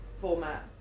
format